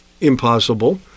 impossible